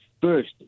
first